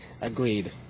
agreed